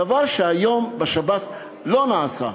דבר שהיום לא נעשה בשב"ס.